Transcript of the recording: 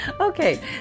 okay